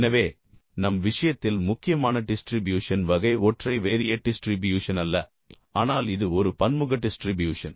எனவே நம் விஷயத்தில் முக்கியமான டிஸ்ட்ரிபியூஷன் வகை ஒற்றை வேரியேட் டிஸ்ட்ரிபியூஷன் அல்ல ஆனால் இது ஒரு பன்முக டிஸ்ட்ரிபியூஷன்